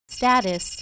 Status